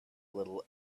little